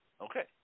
Okay